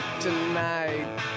tonight